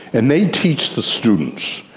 and they teach the students.